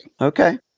Okay